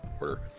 order